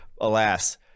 Alas